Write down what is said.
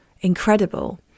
incredible